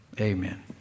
Amen